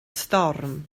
storm